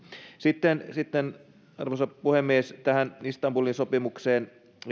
sitten sitten arvoisa puhemies tähän istanbulin sopimukseen ja